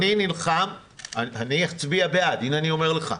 אני אצביע בעד, הנה, אני אומר לך,